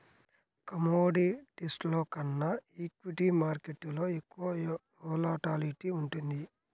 కమోడిటీస్లో కన్నా ఈక్విటీ మార్కెట్టులో ఎక్కువ వోలటాలిటీ ఉంటుంది